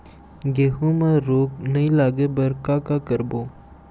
गेहूं म रोग नई लागे बर का का करबो?